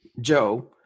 Joe